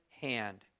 hand